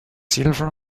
silver